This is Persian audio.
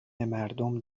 مردم